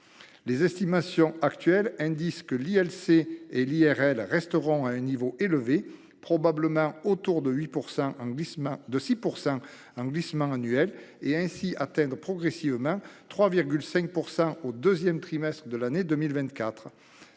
Les estimations montrent que l'ILC et l'IRL resteront à un niveau élevé, probablement autour de 6 % en glissement annuel, pour atteindre progressivement 3,5 % au deuxième trimestre de l'année 2024.